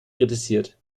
kritisiert